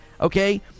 okay